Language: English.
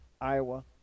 Iowa